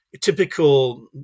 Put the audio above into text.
typical